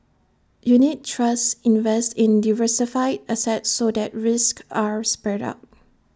unit trusts invest in diversified assets so that risks are spread out